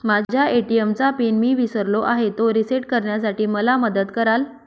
माझ्या ए.टी.एम चा पिन मी विसरलो आहे, तो रिसेट करण्यासाठी मला मदत कराल?